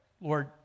Lord